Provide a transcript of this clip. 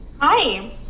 hi